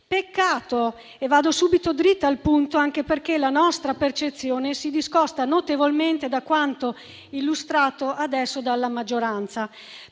Peccato - e vado subito dritta al punto - anche perché la nostra percezione si discosta notevolmente da quanto illustrato adesso dalla maggioranza.